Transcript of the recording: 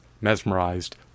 mesmerized